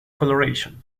colouration